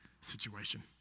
situation